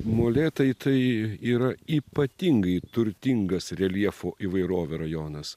molėtai tai yra ypatingai turtingas reljefo įvairove rajonas